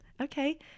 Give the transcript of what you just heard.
Okay